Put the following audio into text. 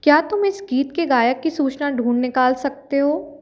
क्या तुम इस गीत के गायक की सूचना ढूँढ निकाल सकते हो